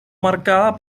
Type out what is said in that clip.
marcada